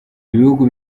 ibihugu